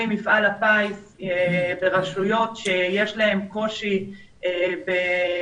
מפעל הפיס לגבי רשויות שיש להן קושי בהשתתפות.